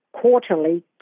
quarterly